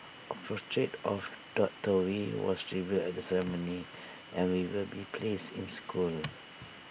A portrait of doctor wee was revealed at the ceremony and we will be placed in the school